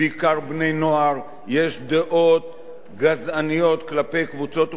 יש דעות גזעניות כלפי קבוצות אוכלוסייה שלא שייכות אליהם.